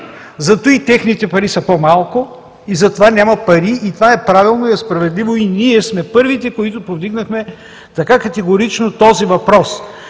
Затова техните пари са по-малко и затова няма пари и това е правилно и е справедливо и ние сме първите, които повдигнахме така категорично този въпрос.